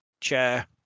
chair